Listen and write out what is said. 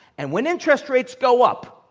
and when interest rates go up,